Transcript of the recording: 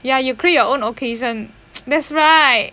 ya you create your own occasion that's right